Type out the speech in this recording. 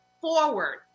forward